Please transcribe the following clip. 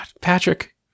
Patrick